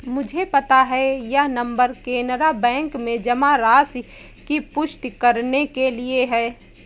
मुझे पता है यह नंबर कैनरा बैंक में जमा राशि की पुष्टि करने के लिए है